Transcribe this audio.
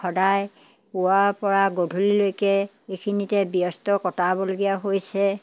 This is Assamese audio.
সদায় পুৱাৰপৰা গধূললৈকে এইখিনিতে ব্যস্ত কটাবলগীয়া হৈছে